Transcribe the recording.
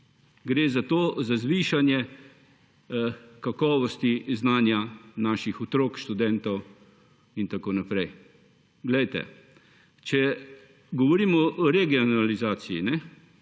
Gre za zvišanje kakovosti in znanja naših otrok, študentov in tako naprej. Če govorimo o regionalizaciji,